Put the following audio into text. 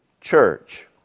church